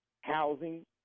housing